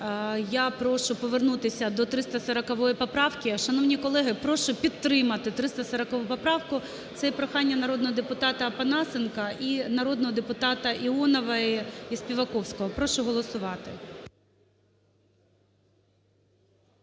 Я прошу повернутися до 340 поправки. Шановні колеги, прошу підтримати 340 поправку, це є прохання народного депутата Опанасенка і народного депутата Іонової, і Співаковського. Прошу голосувати.